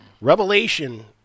Revelation